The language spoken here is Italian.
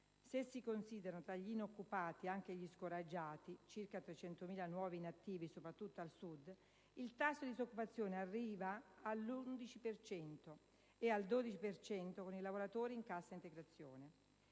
Se si considerano tra gli inoccupati anche gli scoraggiati (circa 300.000 nuovi inattivi, soprattutto al Sud), il tasso di disoccupazione reale arriva all'11 per cento; e al 12 per cento con i lavoratori in cassa integrazione.